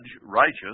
righteous